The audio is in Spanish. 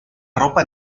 ropa